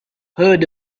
heard